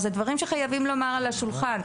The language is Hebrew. אלו דברים שחייבים לומר על השולחן.